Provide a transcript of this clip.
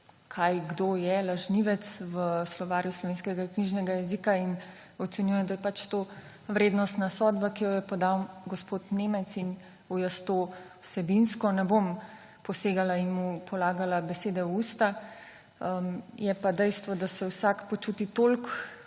kaj kdo je, lažnivec, v Slovarju slovenskega knjižnega jezika. Ocenjujem, da je to vrednostna sodba, ki jo je podal gospod Nemec. V to jaz vsebinsko ne bom posegala in mu polagala besede v usta. Je pa dejstvo, da se vsak počuti toliko